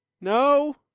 No